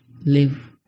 live